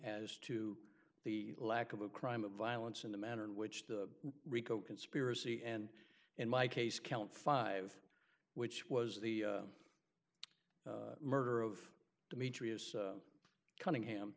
as to the lack of a crime of violence in the manner in which the rico conspiracy and in my case count five which was the murder of demetrius cunningham